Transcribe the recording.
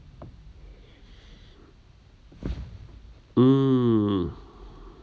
mm